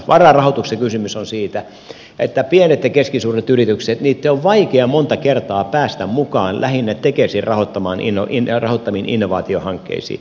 vararahoituksessa kysymys on siitä että pienten ja keskisuurten yritysten on vaikea monta kertaa päästä mukaan lähinnä tekesin rahoittamiin innovaatiohankkeisiin